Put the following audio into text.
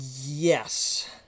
Yes